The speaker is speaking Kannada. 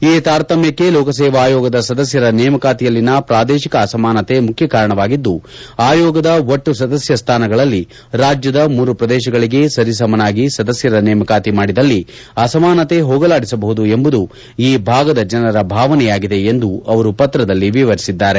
ಈ ತಾರತಮ್ಯಕ್ಕೆ ಲೋಕಸೇವಾ ಆಯೋಗದ ಸದಸ್ಯರ ನೇಮಕಾತಿಯಲ್ಲಿನ ಪ್ರಾದೇಶಿಕ ಅಸಮಾನತೆ ಮುಖ್ಯ ಕಾರಣವಾಗಿದ್ದು ಅಯೋಗದ ಒಟ್ಟು ಸದಸ್ಯ ಸ್ಥಾನಗಳಲ್ಲಿ ರಾಜ್ಯದ ಮೂರೂ ಪ್ರದೇಶಗಳಿಗೆ ಸರಿಸಮನಾಗಿ ಸದಸ್ಯರ ನೇಮಕಾತಿ ಮಾಡಿದಲ್ಲಿ ಅಸಮಾನತೆ ಹೋಗಲಾಡಿಸಬಹುದು ಎಂಬುದು ಈ ಭಾಗದ ಜನರ ಭಾವನೆಯಾಗಿದೆ ಎಂದು ಅವರು ಪತ್ರದಲ್ಲಿ ವಿವರಿಸಿದ್ದಾರೆ